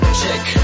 check